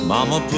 Mama